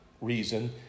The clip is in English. reason